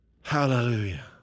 Hallelujah